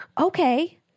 Okay